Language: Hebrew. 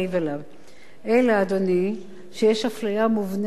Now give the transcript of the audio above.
אלא שיש אפליה מובנית בשכר,